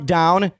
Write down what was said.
down